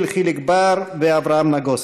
יחיאל חיליק בר ואברהם נגוסה.